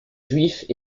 juifs